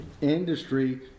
industry